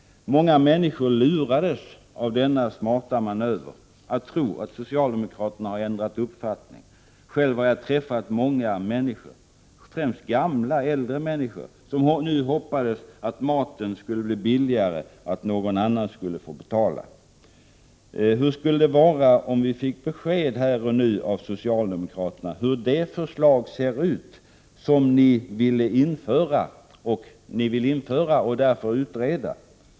Många människor lurades av denna smarta manöver att tro att socialdemokraterna hade ändrat uppfattning. Själv har jag träffat många människor, främst äldre, som hoppades att maten nu skulle bli billigare och att någon annan skulle få betala. Hur skulle det vara om ni socialdemokrater här och nu gav besked om hur det förslag ser ut som ni vill införa och därför utreda?